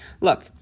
look